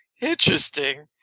Interesting